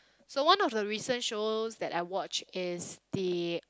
so one of the recent shows that I watched is the